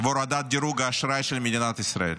והורדת דירוג האשראי של מדינת ישראל.